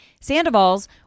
Sandoval's